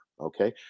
okay